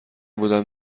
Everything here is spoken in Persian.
بودم